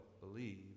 believe